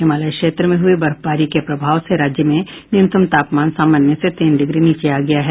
हिमालय क्षेत्र में हुई बर्फबारी के प्रभाव से राज्य में न्यूनतम तापमान सामान्य से तीन डिग्री नीचे आ गया है